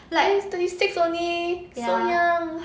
mm thirty six only so young